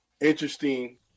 interesting